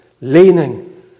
leaning